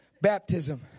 Baptism